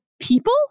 people